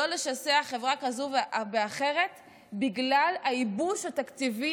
לא לשסות חברה כזאת באחרת בגלל הייבוש התקציבי